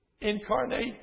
incarnate